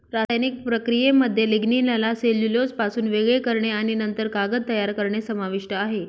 रासायनिक प्रक्रियेमध्ये लिग्निनला सेल्युलोजपासून वेगळे करणे आणि नंतर कागद तयार करणे समाविष्ट आहे